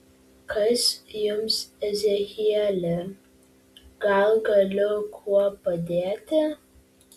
kas jums ezechieli gal galiu kuo padėti